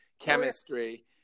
chemistry